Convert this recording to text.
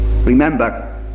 Remember